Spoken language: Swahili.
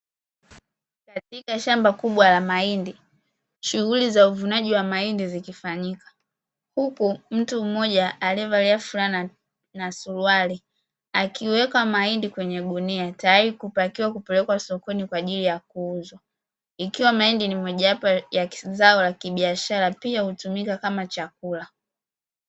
Katika shamba kubwa la mahindi shughuli za uvunaji wa mahindi zikifanyika, huku mtu mmoja aliyevalia fulana na suruali akiweka mahindi kwenye gunia tayari kupakiwa kupelekwa sokoni kwa ajili ya kuuzwa; ikiwa mahindi ni mojawapo ya zao la kibiashara pia hutumika kama chakula.